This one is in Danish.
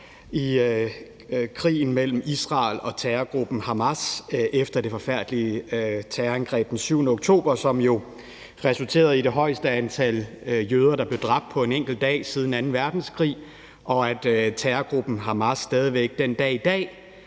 i krigen mellem Israel og terrorgruppen Hamas efter det forfærdelige terrorangreb den 7. oktober, som jo resulterede i det højeste antal jøder, der blev dræbt på en enkelt dag siden anden verdenskrig, og at terrorgruppen Hamas stadig væk den dag i dag